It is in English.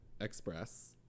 Express